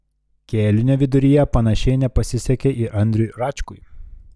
kėlinio viduryje panašiai nepasisekė ir andriui račkui